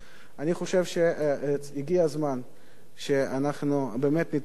אני חושב שהגיע הזמן שאנחנו באמת נטפל בכל